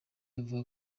avuga